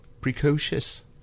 precocious